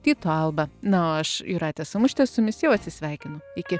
tyto alba na o aš jūratė samušytė su jumis jau atsisveikinu iki